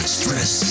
stress